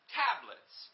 tablets